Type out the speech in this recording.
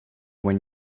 when